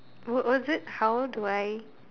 was was it how do it